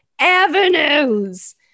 avenues